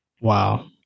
Wow